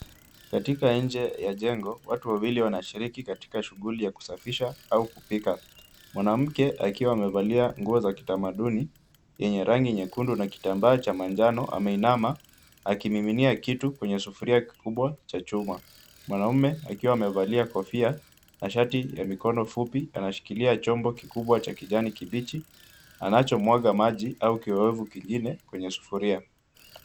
Katika nje ya jengo watu wawili wanashiriki katika shughuli ya kusafisha au kupika. Mwanamke akiwa amevalia nguo za kitamaduni yenye rangi nyekundu na kitambaa cha manjano ameinama akimiminia kitu kwenye sufuria kikubwa cha chuma. Mwanaume akiwa amevalia kofia na shati ya mikono fupi anashikilia chombo kikubwa cha kijani kibichi anachomwaga maji au kiowevu kingine kwenye sufuria.